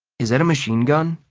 is that a machine gun?